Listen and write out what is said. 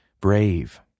brave